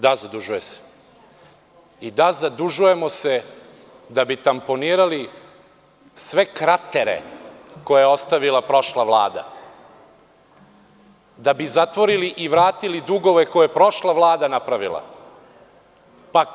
Da zadužuje se i da, zadužujemo se da bi tamponirali sve kratere koje je ostavila prošla Vlada, da bi zatvorili i vratili dugove koje je napravila prošla Vlada.